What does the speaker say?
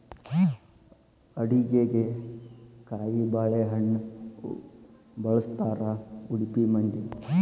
ಅಡಿಗಿಗೆ ಕಾಯಿಬಾಳೇಹಣ್ಣ ಬಳ್ಸತಾರಾ ಉಡುಪಿ ಮಂದಿ